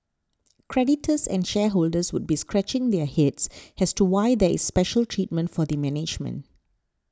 creditors and shareholders would be scratching their heads as to why there is special treatment for the management